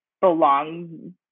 belong